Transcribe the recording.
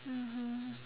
mmhmm